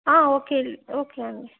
ఆ okay okay అండి